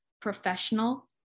professional